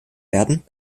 werden